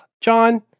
John